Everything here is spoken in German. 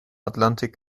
atlantik